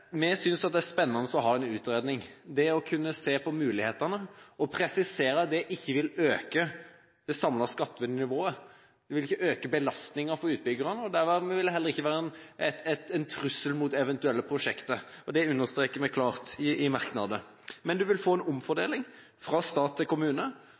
vi synes det er spennende å ha en utredning, det å kunne se på mulighetene og presisere at dette ikke vil øke det samlede skattenivået. Det vil ikke øke belastningen for utbyggerne, og dermed vil det heller ikke være en trussel mot eventuelle prosjekter, noe vi understreker klart i merknadene. Men du vil få en omfordeling fra stat til kommune,